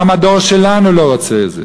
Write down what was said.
גם הדור שלנו לא רוצה את זה.